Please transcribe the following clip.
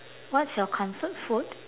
what's your comfort food